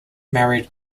married